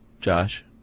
Josh